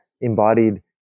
embodied